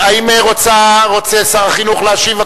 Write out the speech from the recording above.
האם רוצה שר החינוך להשיב?